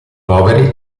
poveri